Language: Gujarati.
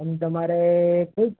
તમ તમારે કયું